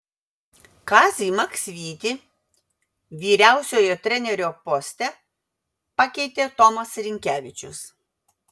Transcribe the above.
kazį maksvytį vyriausiojo trenerio poste pakeitė tomas rinkevičius